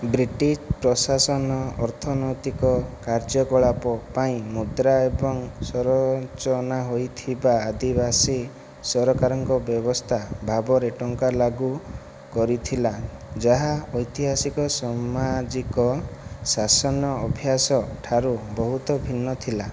British ପ୍ରଶାସନ ଅର୍ଥନୈତିକ କାର୍ଯ୍ୟକଳାପ ପାଇଁ ମୁଦ୍ରା ଏବଂ ସଂରଚନା ହୋଇଥିବା ଆଦିବାସୀ ସରକାରଙ୍କ ବ୍ୟବସ୍ଥା ଭାବରେ ଟଙ୍କା ଲାଗୁ କରିଥିଲା ଯାହା ଐତିହାସିକ ସାମାଜିକ ଶାସନ ଅଭ୍ୟାସଠାରୁ ବହୁତ ଭିନ୍ନ ଥିଲା